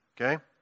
okay